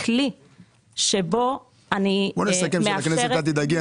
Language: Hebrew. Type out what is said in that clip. כלי שבו אני מאפשרת --- בואי נסכם שלכנסת אל תדאגי,